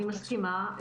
אני מסכימה.